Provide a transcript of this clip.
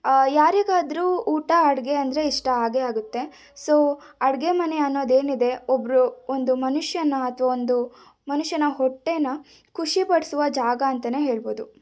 ಯಾರಿಗಾದರೂ ಊಟ ಅಡುಗೆ ಅಂದರೆ ಇಷ್ಟ ಆಗೇ ಆಗುತ್ತೆ ಸೋ ಅಡುಗೆ ಮನೆ ಅನ್ನೋದೇನಿದೆ ಒಬ್ಬರು ಒಂದು ಮನುಷ್ಯನ ಅಥವಾ ಒಂದು ಮನುಷ್ಯನ ಹೊಟ್ಟೇನ ಖುಷಿಪಡಿಸುವ ಜಾಗ ಅಂತಲೇ ಹೇಳ್ಬೋದು